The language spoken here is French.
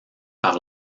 par